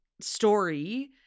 story